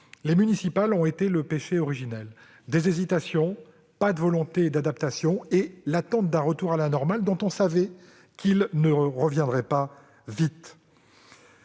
municipales ont été le péché originel : des hésitations, aucune volonté d'adaptation et l'attente d'un retour à la normale dont on savait pourtant qu'il ne serait pas rapide.